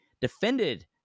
defended